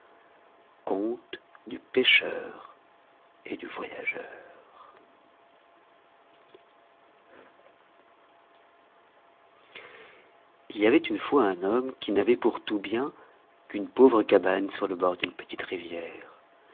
il y avait une fois un homme qui n'avait pour tout bien qu'une pauvre cabane sur le bord d'une petite rivière